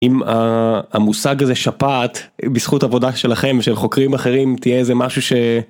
אם המושג הזה "שפעת" בזכות עבודה שלכם ושל חוקרים אחרים תהיה איזה משהו